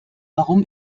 warum